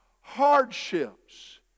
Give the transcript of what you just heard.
hardships